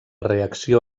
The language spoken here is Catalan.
reacció